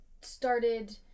started